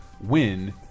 win